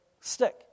stick